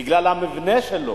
בגלל המבנה שלו,